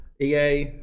EA